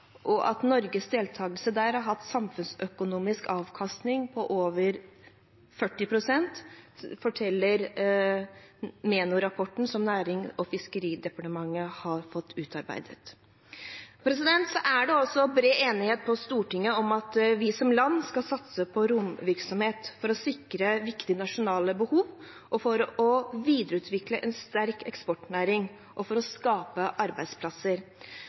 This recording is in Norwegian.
og at Norges deltagelse der har gitt en samfunnsøkonomisk avkastning på over 40 pst. Det forteller Menon-rapporten som Nærings- og fiskeridepartementet har fått utarbeidet. Det er også bred enighet på Stortinget om at vi som land skal satse på romvirksomhet for å sikre viktige nasjonale behov, for å videreutvikle en sterk eksportnæring og for å skape arbeidsplasser.